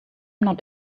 not